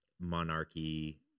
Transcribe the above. monarchy